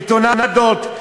בטונדות,